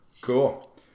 Cool